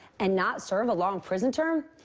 and not serve a long prison term?